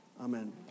Amen